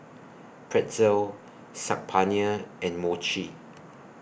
Pretzel Saag Paneer and Mochi